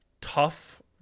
tough